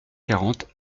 quarante